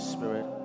Spirit